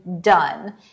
done